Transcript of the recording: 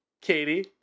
Katie